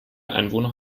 einwohner